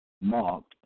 marked